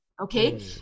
okay